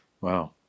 Wow